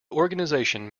organisation